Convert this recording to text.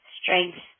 strength